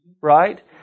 Right